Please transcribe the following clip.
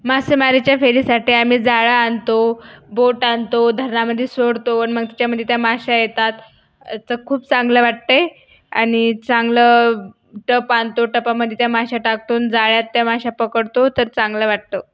मासेमारीच्या फेरीसाठी आम्ही जाळं आणतो बोट आणतो धरणामधे सोडतो आणि मग त्याच्यामधे त्या माश्या येतात तर खूप चांगलं वाटतं आहे आणि चांगलं टप आणतो टपामधे त्या माश्या टाकतो न जाळ्यात त्या माश्या पकडतो तर चांगलं वाटतं